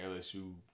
LSU –